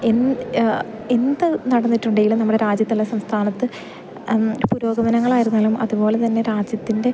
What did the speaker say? N എന്ത് നടന്നിട്ടുണ്ടേലും നമ്മുടെ രാജ്യത്തല്ല സംസ്ഥാനത്ത് പുരോഗമനങ്ങൾ ആയിരുന്നാലും അത്പോലെ തന്നെ രാജ്യത്തിൻ്റെ